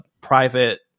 private